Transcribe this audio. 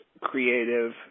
creative